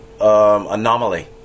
anomaly